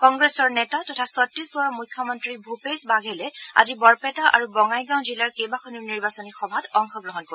কংগ্ৰেছৰ নেতা তথা ছত্তিশগড়ৰ মুখ্যমন্ত্ৰী ভূপেশ বাঘেলে আজি বৰপেটা আৰু বঙাইগাঁও জিলাৰ কেইবাখনো নিৰ্বাচনী সভাত অংশগ্ৰহণ কৰিব